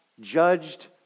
judged